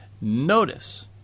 Notice